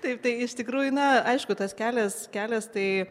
taip tai iš tikrųjų na aišku tas kelias kelias tai